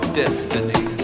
destiny